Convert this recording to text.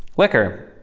liquor.